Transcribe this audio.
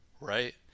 right